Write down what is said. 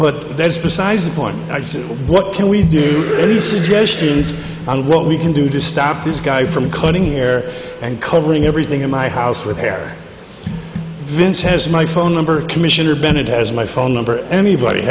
put that's besides the point i said what can we do any suggestions on what we can do to stop this guy from cutting hair and covering everything in my house repair vince has my phone number commissioner bennett has my phone number anybody